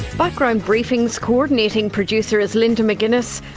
background briefing's coordinating producer is linda mcginness,